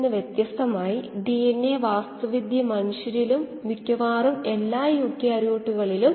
തന്നിരിക്കുന്ന റിയാക്ടറിനുള്ള dilution rate എങ്ങനെ മാറ്റും